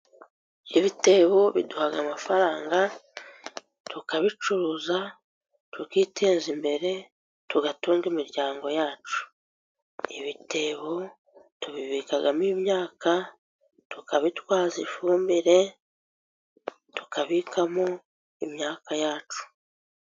Ibitebo biduha amafaranga, tukabicuruza, tukiteza imbere, tugatunga imiryango yacu. Ibitebo tubibikamo imyaka, tukabitwaza ifumbire, tukabikamo imyaka yacu.